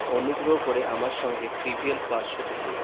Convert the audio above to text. অনুগ্রহ করে আমার সঙ্গে ট্রিভিয়াল পারস্যুট খেলো